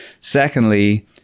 secondly